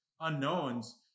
unknowns